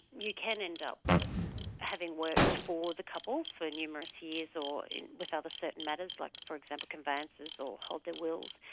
you can end up having worked for the couple for numerous years or with other certain matters, like for example, conveyances or hold their wills.